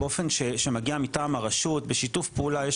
באופן שמגיע מטעם הרשות בשיתוף פעולה יש